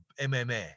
MMA